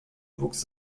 wuchs